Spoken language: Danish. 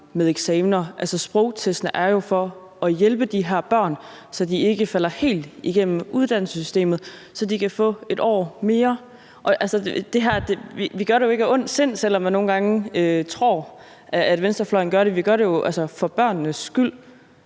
med eksamener. Altså, sprogtest er jo for at hjælpe de her børn, så de ikke falder helt igennem uddannelsessystemet, så de kan få et år mere. Vi gør det jo ikke af ond vilje, selv om venstrefløjen nogle gange tror det – vi gør det jo altså for børnenes skyld.